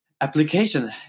application